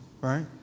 right